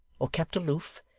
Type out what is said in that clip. or kept aloof,